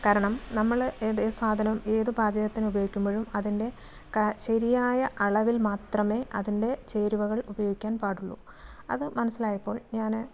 കാരണം നമ്മൾ ഏത് സാധനം ഏത് പാചകത്തിന് ഉപയോഗിക്കുമ്പോഴും അതിൻ്റെ ശരിയായ അളവിൽ മാത്രമേ അതിൻ്റെ ചേരുവകൾ ഉപയോഗിക്കാൻ പാടുള്ളൂ അത് മനസ്സിലായപ്പോൾ ഞാൻ